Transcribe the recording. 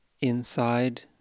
inside